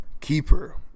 keeper